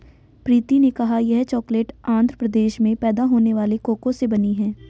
प्रीति ने कहा यह चॉकलेट आंध्र प्रदेश में पैदा होने वाले कोको से बनी है